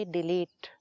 Delete